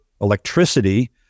Electricity